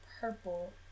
purple